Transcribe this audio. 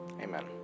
amen